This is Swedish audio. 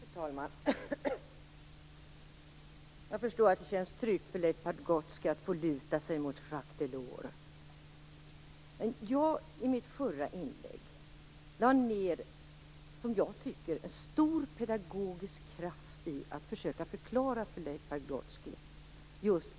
Fru talman! Jag förstår att det känns tryggt för Leif Pagrotsky att få luta sig mot Jaques Delors. I mitt förra inlägg lade jag ned stor pedagogisk kraft på att försöka att ge en förklaring till Leif Pagrotsky.